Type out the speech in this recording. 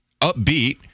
upbeat